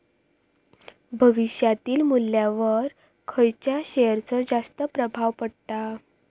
भविष्यातील मुल्ल्यावर खयच्या शेयरचो जास्त प्रभाव पडता?